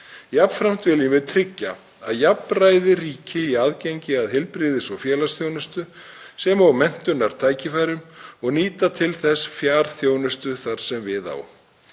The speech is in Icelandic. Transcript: Jafnframt viljum við tryggja að jafnræði ríki í aðgengi að heilbrigðis- og félagsþjónustu sem og menntunartækifærum og nýta til þess fjarþjónustu þar sem við á.